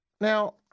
Now